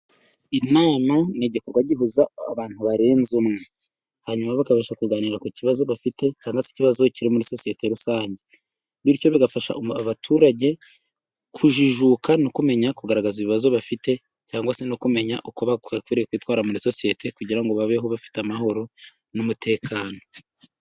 Inama ni igikorwa gihuza abantu barenze umwe hanyuma bakabasha kuganira ku kibazo bafite cyangwa se ikibazo kiri muri sosiyete rusange, bityo bigafasha abaturage kujijuka no kumenya kugaragaza ibibazo bafite cyangwa se no kumenya uko bakwiriye kwitwara muri sosiyete kugira babeho bafite amahoro n'umutekano.